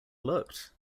looked